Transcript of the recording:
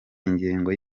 ingengo